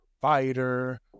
fighter